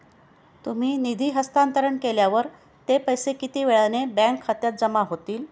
तुम्ही निधी हस्तांतरण केल्यावर ते पैसे किती वेळाने बँक खात्यात जमा होतील?